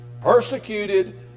Persecuted